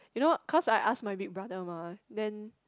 you know because I asked my big brother mah then